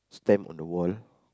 stamp on the wall